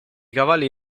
cavalli